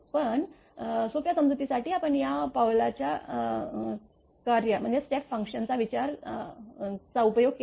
पण सोप्या समजुतीसाठी आपण या पावलाच्या कार्या चा उपयोग केला आहे